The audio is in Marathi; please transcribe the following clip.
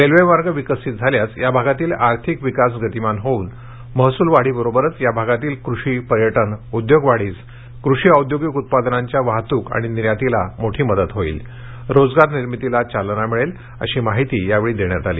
रेल्वे मार्ग विकसित झाल्यास या भागातील आर्थिक विकास गतिमान होऊन महसूल वाढीबरोबरच या भागातील कृषी पर्यटन उद्योग वाढीस कृषी औद्योगिक उत्पादनाच्या वाहतूक आणि निर्यातीस मोठी मदत होईल रोजगार निर्मितीस चालना मिळेल अशी माहिती यावेळी देण्यात आली